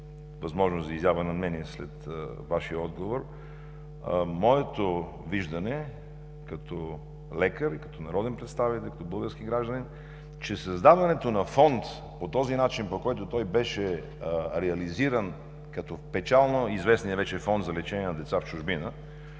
възможност за изява на мнение след Вашия отговор, моето виждане като лекар и като народен представител, и като български гражданин, че създаването на фонд по този начин, по който той беше реализиран – като печално известният вече Фонд за лечение на деца в чужбина,